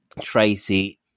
Tracy